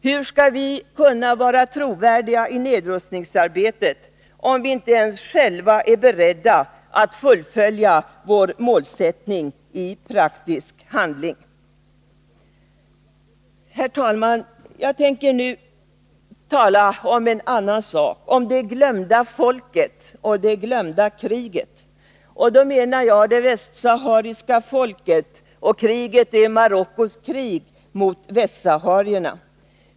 Hur skall vi kunna vara trovärdiga i nedrustningsarbetet, om vi inte ens själva är beredda att fullfölja vår målsättning i praktisk handling? Herr talman! Jag tänker nu tala om en annan sak, nämligen om det glömda folket och det glömda kriget. Då menar jag det västsahariska folket och Marockos krig mot västsaharierna.